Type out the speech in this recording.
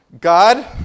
God